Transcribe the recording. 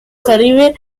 caribe